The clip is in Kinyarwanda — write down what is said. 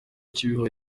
kibeho